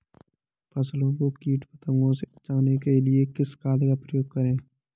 फसलों को कीट पतंगों से बचाने के लिए किस खाद का प्रयोग करें?